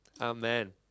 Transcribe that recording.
Amen